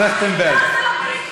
הצעות לסדר-היום מס'